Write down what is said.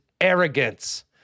Arrogance